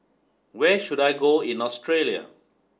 where should I go in Australia